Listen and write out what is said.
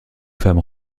femmes